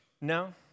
No